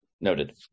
Noted